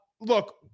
look